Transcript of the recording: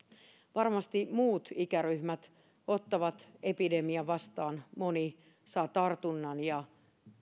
varmasti muut ikäryhmät ottavat epidemian vastaan moni saa tartunnan ja